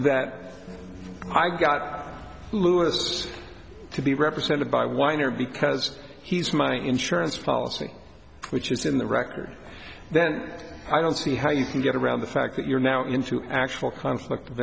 that i got lewis to be represented by weiner because he's my insurance policy which is in the record then i don't see how you can get around the fact that you're now into actual conflict of